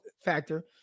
factor